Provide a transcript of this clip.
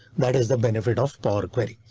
that is the benefit of power query.